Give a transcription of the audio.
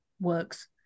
works